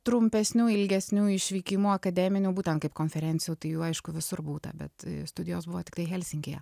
trumpesnių ilgesnių išvykimų akademinių būtent kaip konferencijų tai jau aišku visur būta bet studijos buvo tiktai helsinkyje